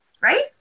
right